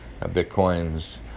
Bitcoin's